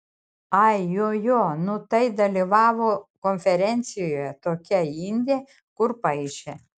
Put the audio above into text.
ai jo jo nu tai dalyvavo konferencijoje tokia indė kur paišė